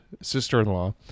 sister-in-law